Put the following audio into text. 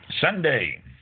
Sunday